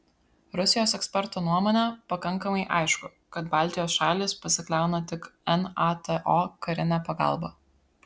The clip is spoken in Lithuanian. rusijos eksperto nuomone pakankamai aišku kad baltijos šalys pasikliauna tik nato karine pagalba